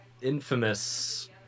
infamous